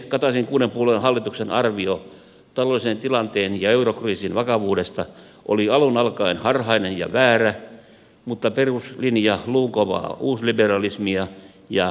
kataisen kuuden puolueen hallituksen arvio taloudellisen tilanteen ja eurokriisin vakavuudesta oli alun alkaen harhainen ja väärä mutta peruslinja luunkovaa uusliberalismia ja kokoomuslaisuutta